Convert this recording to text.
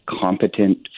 competent